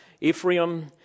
Ephraim